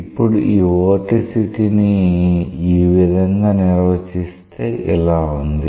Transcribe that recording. ఇప్పుడు ఈ వోర్టిసిటీ ని ఈ విధంగా నిర్వచిస్తే ఇలా ఉంది